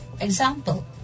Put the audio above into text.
Example